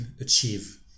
achieve